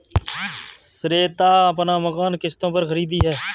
श्वेता अपना मकान किश्तों पर खरीदी है